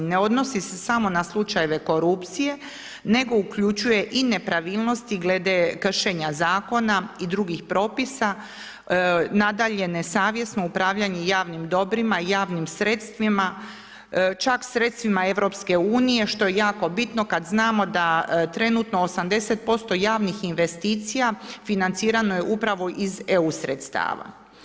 Ne odnosi se samo na slučajeve korupcije, nego uključuje i nepravilnosti glede kršenja zakona i drugih propisa, nadalje, nesavjesno upravljanje javnim dobrima, javnim sredstvima, čak sredstvima EU, što je jako bitno, kada znamo da trenutno 80% javnih investicija financirano je upravo iz EU sredstava.